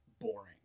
boring